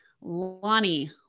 Lonnie